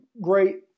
Great